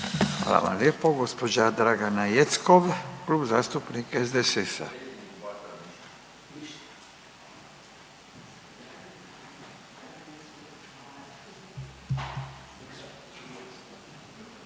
Hvala vam lijepo. Gđa. Dragana Jeckov, Klub zastupnika SDSS-a,